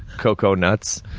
coconuts.